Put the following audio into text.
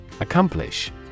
Accomplish